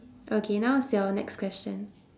okay now is your next question